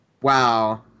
Wow